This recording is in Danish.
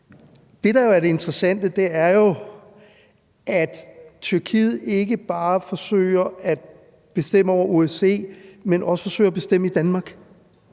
det interessante, er jo, at Tyrkiet ikke bare forsøger at bestemme over OSCE, men at de også forsøger at bestemme i Danmark.